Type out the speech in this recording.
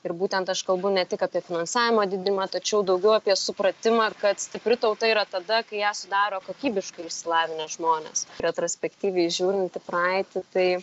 ir būtent aš kalbu ne tik apie finansavimo didinimą tačiau daugiau apie supratimą kad stipri tauta yra tada kai ją sudaro kokybiškai išsilavinę žmonės retrospektyviai žiūrint į praeitį tai